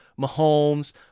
Mahomes